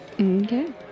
Okay